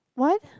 what